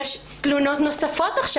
יש תלונות נוספות עכשיו.